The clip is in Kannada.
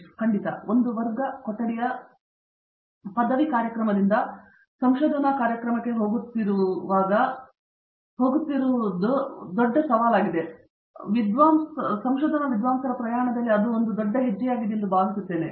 ಪಂಚನಾಲ ಖಂಡಿತ ಒಂದು ವರ್ಗ ಕೊಠಡಿಯ ಪದವಿ ಕಾರ್ಯಕ್ರಮದಿಂದ ಸಂಶೋಧನಾ ಕಾರ್ಯಕ್ರಮಕ್ಕೆ ಹೋಗುತ್ತಿರುವುದು ವಿದ್ವಾಂಸರ ಪ್ರಯಾಣದಲ್ಲಿ ದೊಡ್ಡ ಹೆಜ್ಜೆಯಾಗಿದೆ ಎಂದು ನಾನು ಭಾವಿಸುತ್ತೇನೆ